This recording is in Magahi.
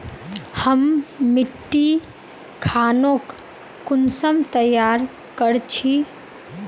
हम मिट्टी खानोक कुंसम तैयार कर छी?